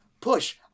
push